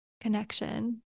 connection